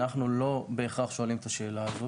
אנחנו לא בהכרח שואלים את השאלה הזאת.